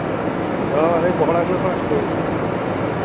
ᱦᱳᱭ ᱟᱹᱞᱤᱧ ᱵᱚᱦᱲᱟ ᱵᱷᱤᱞᱟᱹ ᱠᱷᱚᱱᱟᱜ ᱞᱤᱧ ᱞᱟᱹᱭᱮᱫᱼᱟ